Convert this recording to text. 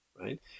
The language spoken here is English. right